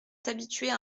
t’habituer